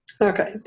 okay